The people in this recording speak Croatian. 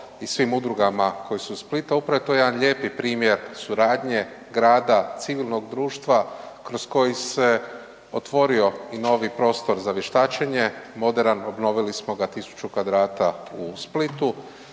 i svim udrugama koje su iz Splita. Upravo to je jedan lijepi primjer suradnje grada civilnog društva kroz koji se otvorio i novi prostor za vještačenje, moderan, obnovili smo ga 1000 m2 u Splitu.